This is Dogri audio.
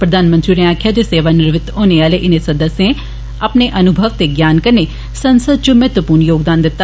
प्रधानमंत्री होरें आक्खेआ जे सेवानिवृत होने आले इनें सदस्यें अपने अनुभव ते ज्ञान कन्नै संसद च महत्वपूर्ण योगदान दिता